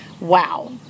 wow